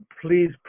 please